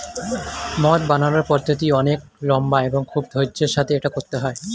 মদ বানানোর পদ্ধতিটি অনেক লম্বা এবং খুব ধৈর্য্যের সাথে এটা করতে হয়